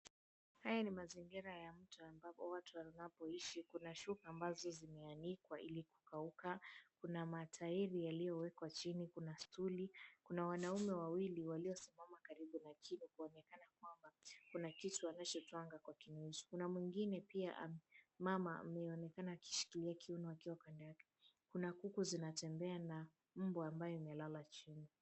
Haya ni mazingira ya mto ambapo watu wanapoishi. Kuna shuka zimeanikwa ili kukauka. Kuna matairi yaliyowekwa chini, kuna stuli, kuna wanaume wawili waliosimama karibu na kinu kuonekana kwamba kuna kitu wanachotwanga kwa kinu hicho. Kuna mwingine pia, mama ameonekana akishikilia kiuno akiwa kando yake. Kuna kuku zinatembea na mbwa ambae amelala chini.